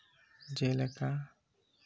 ᱡᱮᱞᱮᱠᱟ